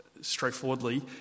straightforwardly